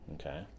Okay